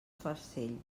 farcell